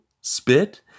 spit